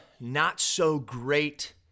not-so-great